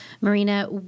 Marina